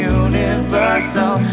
universal